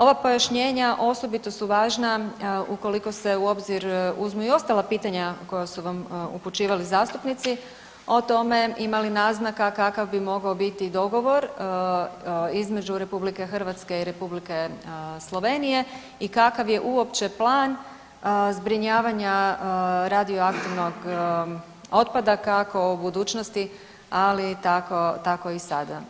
Ova pojašnjenja osobito su važna ukoliko se u obzir uzmu i ostala pitanja koja su vam upućivali zastupnici o tome ima li naznaka kakav bi mogao biti dogovor između RH i Republike Slovenije i kakav je uopće plan zbrinjavanja radioaktivnog otpada kako u budućnosti, ali tako i sada.